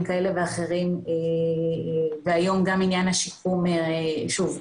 כאלה ואחרים והיום גם עניין השיקום שוב,